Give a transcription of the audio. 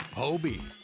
hobie